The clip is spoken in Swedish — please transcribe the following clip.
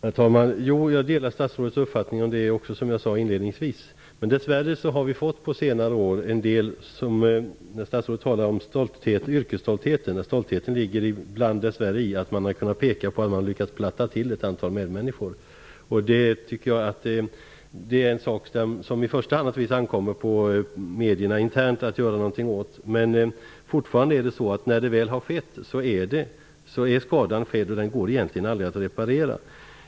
Herr talman! Jag delar som jag sade inledningsvis statsrådets uppfattning om det också. Statsrådet talar om yrkesstoltheten. Dess värre har vi på senare år sett en del fall där yrkesstoltheten har legat i att man har kunnat peka på att man har lyckats platta till ett antal medmänniskor. Det är en sak som det naturligtvis i första hand ankommer på medierna internt att göra någonting åt. Men när övertrampet väl är gjort så är skadan skedd, och den går egentligen aldrig att reparera.